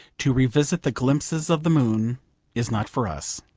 to revisit the glimpses of the moon is not for us.